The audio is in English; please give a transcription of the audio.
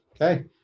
Okay